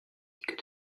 que